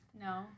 No